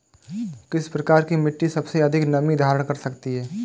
किस प्रकार की मिट्टी सबसे अधिक नमी धारण कर सकती है?